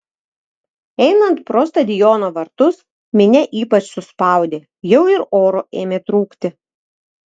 einant pro stadiono vartus minia ypač suspaudė jau ir oro ėmė trūkti